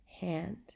hand